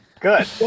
good